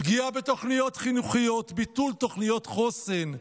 פגיעה בתוכניות חינוכיות, ביטול תוכניות חוסן,